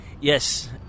yes